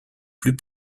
plus